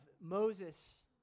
Moses